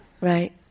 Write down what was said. Right